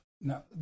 Now